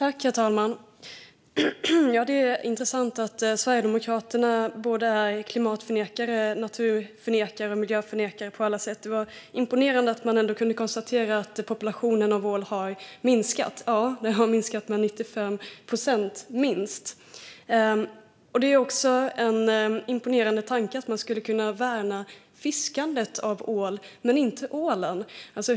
Herr talman! Det är intressant att Sverigedemokraterna är både klimatförnekare, naturförnekare och miljöförnekare på alla sätt. Det var imponerande att man ändå kunde konstatera att populationen av ål har minskat. Ja, den har minskat med minst 95 procent. Det är också en imponerande tanke att man skulle kunna värna fiskandet av ål men inte ålen.